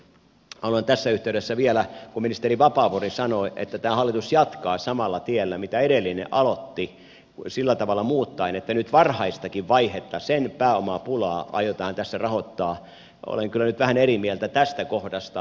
haluan tässä yhteydessä vielä sanoa että kun ministeri vapaavuori sanoi että tämä hallitus jatkaa samalla tiellä mitä edellinen aloitti sillä tavalla muuttaen että nyt varhaistakin vaihetta sen pääomapulaa aiotaan tässä rahoittaa olen kyllä nyt vähän eri mieltä tästä kohdasta